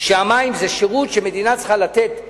שהמים זה שירות שהמדינה צריכה לתת לאזרחיה.